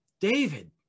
david